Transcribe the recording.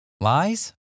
Lies